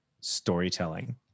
storytelling